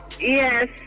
Yes